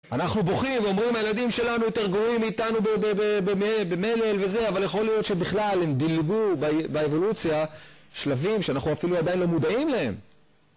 אנחנו בוכים ואומרים, הילדים שלנו יותר גרועים מאיתנו במלל וזה אבל יכול להיות שבכלל הם דלגו באיבולוציה שלבים שאנחנו אפילו עדיין לא מודעים להם.